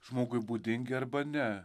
žmogui būdingi arba ne